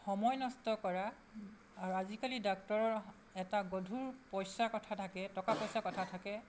সময় নষ্ট কৰা আৰু আজিকালি ডাক্তৰৰ এটা গধুৰ পইচাৰ কথা থাকে টকা পইচাৰ কথা থাকে